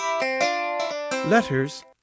Letters